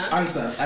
answer